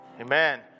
Amen